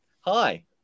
Hi